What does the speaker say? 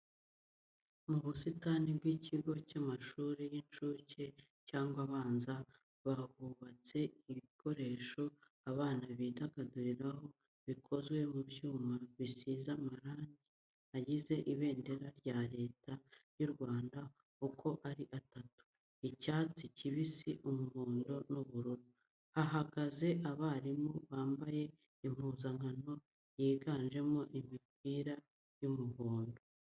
Mu busitani bw'ikigo cy'amashuri y'incuke cyangwa abanza bahubatse igikoresho abana bidagaduriraho gikozwe mu byuma bisize amabara agize ibendera rya Leta y'u Rwanda uko ari atatu icyatsi kibisi, umuhondo, n'ubururu. Hahagaze abarimu bambaye impuzankano yiganjemo imipira y'umuhondo.